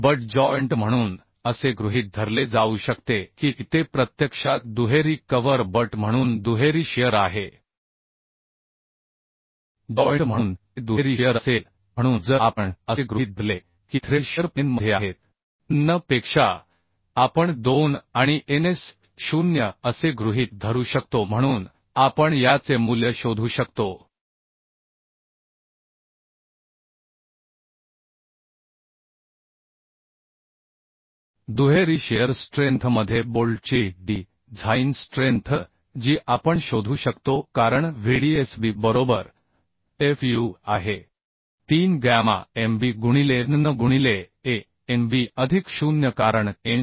but joint म्हणून असे गृहीत धरले जाऊ शकते की ते प्रत्यक्षात दुहेरी कव्हर बट म्हणून दुहेरी शिअर आहे जॉइंट म्हणून ते दुहेरी शिअर असेल म्हणून जर आपण असे गृहीत धरले की थ्रेड शिअर प्लेन मध्ये आहेत nn पेक्षा आपण 2 आणि ns 0 असे गृहीत धरू शकतो म्हणून आपण याचे मूल्य शोधू शकतो दुहेरी शिअर स्ट्रेंथ मध्ये बोल्टची डि झाईन स्ट्रेंथ जी आपण शोधू शकतो कारण Vdsb बरोबर आहे 3 गॅमा mb गुणिले nn गुणिले Anb अधिक 0 कारण ns